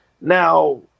Now